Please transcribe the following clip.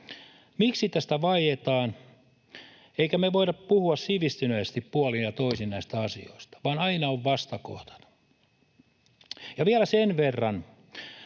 Miksi tästä vaietaan? Emmekö me voi puhua sivistyneesti puolin ja toisin näistä asioista, vaan aina on vastakohdat? Ja vielä sen verran: